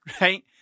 right